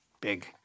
Big